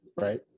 right